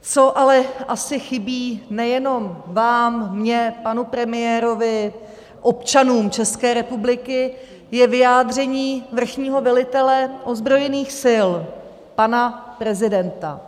Co ale asi chybí nejenom vám, mně, panu premiérovi, občanům České republiky, je vyjádření vrchního velitele ozbrojených sil, pana prezidenta.